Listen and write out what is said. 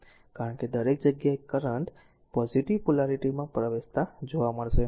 કારણ કે દરેક જગ્યાએ કરંટ ો પોઝીટીવ પોલારીટીમાં પ્રવેશતા જોવા મળશે